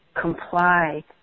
comply